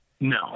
No